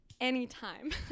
anytime